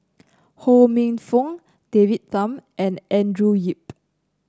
Ho Minfong David Tham and Andrew Yip